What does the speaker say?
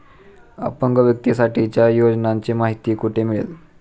अपंग व्यक्तीसाठीच्या योजनांची माहिती कुठे मिळेल?